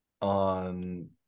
on